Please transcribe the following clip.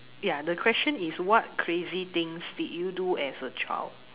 ya the question is what crazy things did you do as a child